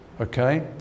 Okay